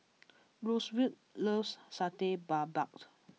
Roosevelt loves Satay Babat